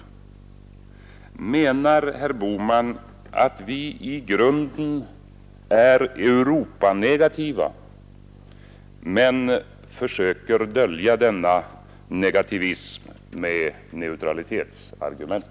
Menar herr Bohman att vi i grunden är Europanegativa men försöker dölja denna negativism med neutralitetsargument?